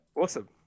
awesome